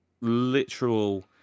literal